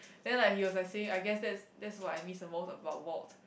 then like he was like saying I guess that's that's what I miss among about watt